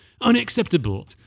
Unacceptable